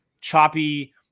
choppy